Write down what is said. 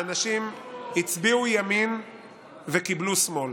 האנשים הצביעו ימין וקיבלו שמאל.